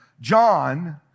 John